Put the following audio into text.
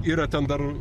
yra ten dar